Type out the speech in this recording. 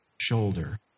shoulder